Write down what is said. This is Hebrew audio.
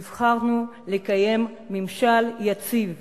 נבחרנו לקיים ממשל יציב,